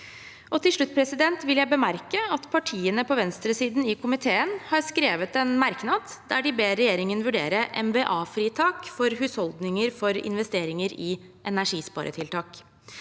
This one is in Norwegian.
Til slutt vil jeg bemerke at partiene på venstresiden i komiteen har skrevet en merknad der de ber regjeringen vurdere merverdiavgiftsfritak for husholdninger for investeringer i energisparetiltak.